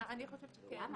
אני חושבת שכן,